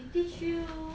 teach you